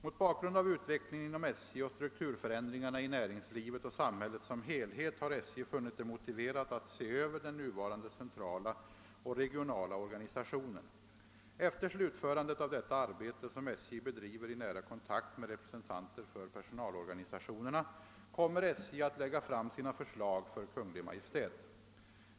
Mot bakgrund av utvecklingen inom SJ och strukturförändringarna i nä ringslivet och samhället som helhet har SJ funnit det motiverat att se över den nuvarande centrala och regionala organisationen. Efter slutförandet av detta arbete — som SJ bedriver i nära kontakt med representanter för personalorganisationerna — kommer SJ att lägga fram sina förslag för Kungl. Maj:t.